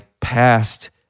past